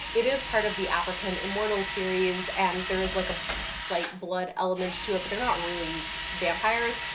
it is part of the african immortals series and there is like a slight blood element to it, but they're not really vampires.